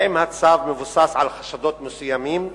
2. האם הצו מבוסס על חשדות מסוימים?